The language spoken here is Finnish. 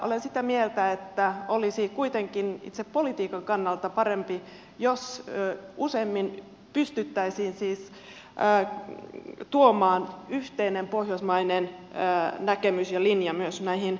olen sitä mieltä että olisi kuitenkin itse politiikan kannalta parempi jos useammin pystyttäisiin siis tuomaan yhteinen pohjoismainen näkemys ja linja myös näihin kokouksiin